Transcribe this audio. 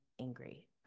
angry